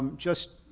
just,